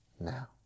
now